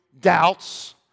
doubts